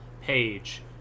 page